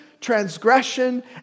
transgression